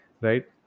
right